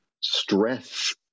stress